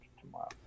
tomorrow